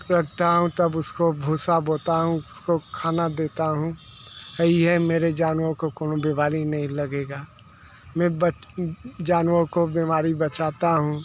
रखता हूँ तब उसको भूसा बोता हूँ उसको खाना देता हूँ यही है मेरे जानवरों को कौन बीमारी नहीं लगेगा मैं जानवरों को बीमारी बचाता हूँ